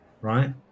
right